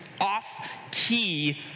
off-key